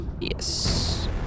Yes